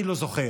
אני לא זוכר.